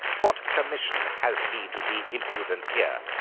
what commission has he to be impudent here?